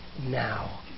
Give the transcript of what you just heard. now